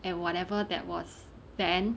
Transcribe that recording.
and whatever that was then